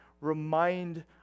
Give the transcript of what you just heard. remind